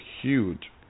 huge